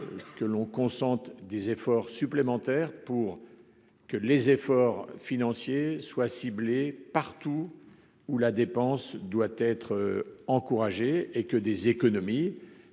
que l'on consente des efforts supplémentaires pour que les efforts financiers soient ciblées, partout où la dépense doit être encouragée et que des économies